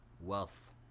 wealth